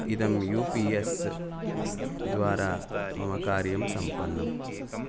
इदं UPS द्वारा मम कार्यं सम्पन्नम्